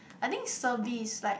I think service like